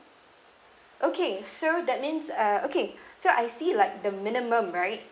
okay so that means uh okay so I see like the minimum right